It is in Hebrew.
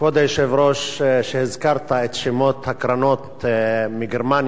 כבוד היושב-ראש, כשהזכרת את שמות הקרנות מגרמניה,